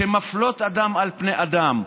שמפלות אדם על פני אדם.